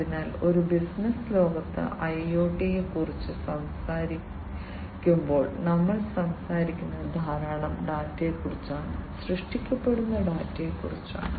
അതിനാൽ ഒരു ബിസിനസ്സ് ലോകത്ത് ഐഒടിയെക്കുറിച്ച് സംസാരിക്കുമ്പോൾ നമ്മൾ സംസാരിക്കുന്നത് ധാരാളം ഡാറ്റയെക്കുറിച്ചാണ് സൃഷ്ടിക്കപ്പെടുന്ന ഡാറ്റയെക്കുറിച്ചാണ്